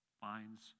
finds